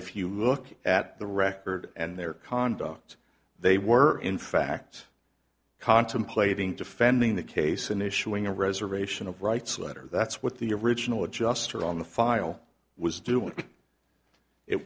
if you look at the record and their conduct they were in fact contemplating defending the case in issuing a reservation of rights letter that's what the original adjuster on the file was doing it